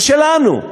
הוא שלנו.